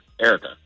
Erica